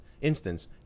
instance